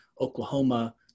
Oklahoma